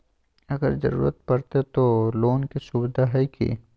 अगर जरूरत परते तो लोन के सुविधा है की?